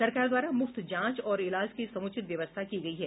सरकार द्वारा मुफ्त जांच और इलाज की समूचित व्यवस्था की गयी है